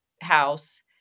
house